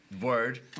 Word